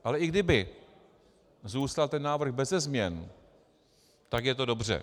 Ale i kdyby zůstal ten návrh beze změn, tak je to dobře.